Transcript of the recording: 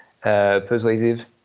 persuasive